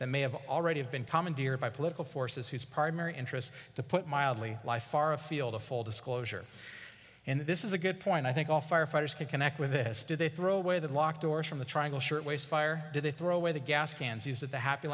that may have already been commandeered by political forces whose primary interest to put it mildly lie far afield of full disclosure and this is a good point i think all firefighters can connect with this do they throw away the locked doors from the triangle shirtwaist fire did they throw away the gas cans used at the happy